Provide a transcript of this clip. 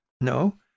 No